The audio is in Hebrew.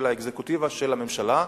האקזקוטיבה, של הממשלה.